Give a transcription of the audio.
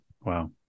Wow